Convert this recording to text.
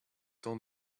temps